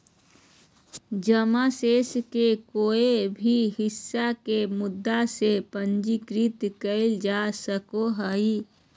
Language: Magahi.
जमा शेष के कोय भी हिस्सा के मुद्दा से पूंजीकृत कइल जा सको हइ